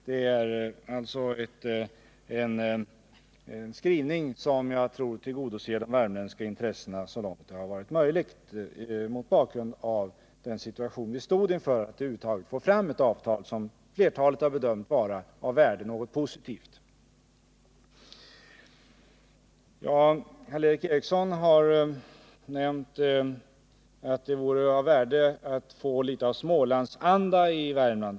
Det är alltså en skrivning som jag tror tillgodoser de värmländska intressena så långt det varit möjligt mot bakgrund av den situation vi stod inför. Det gällde att över huvud taget få fram ett avtal som flertalet bedömde vara av positivt värde. Karl Erik Eriksson nämnde att det vore av värde att få litet av smålandsanda i Värmland.